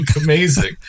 amazing